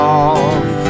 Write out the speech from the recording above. off